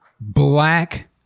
black